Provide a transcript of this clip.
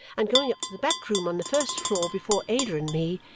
and going up to the back room on the first floor before ada and me,